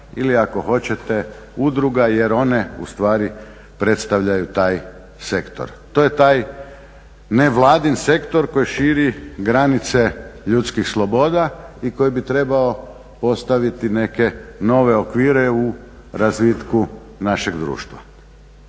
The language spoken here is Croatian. ili ako hoćete udruga jer one u stvari predstavljaju taj sektor. To je taj nevladin sektor koji širi granice ljudskih sloboda i koji bi trebao postaviti neke nove okvire u razvitku našeg društva.